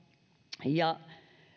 ja